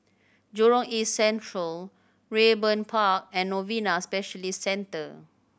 Jurong East Central Raeburn Park and Novena Specialist Centre